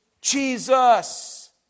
Jesus